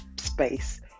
space